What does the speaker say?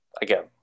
again